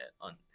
on